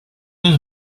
his